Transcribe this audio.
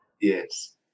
Yes